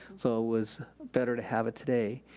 so it was better to have it today.